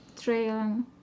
trail